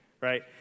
right